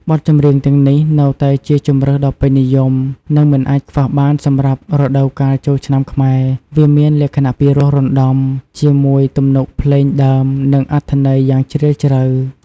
បទចម្រៀងទាំងនេះ នៅតែជាជម្រើសដ៏ពេញនិយម និងមិនអាចខ្វះបានសម្រាប់រដូវកាលចូលឆ្នាំខ្មែរ វាមានលក្ខណៈពីរោះរណ្តំ ជាមួយទំនុកភ្លេងដើម និងអត្ថន័យយ៉ាងជ្រាលជ្រៅ។